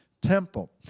temple